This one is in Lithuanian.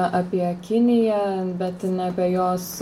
apie kiniją bet ne apie jos